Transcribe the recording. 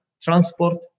transport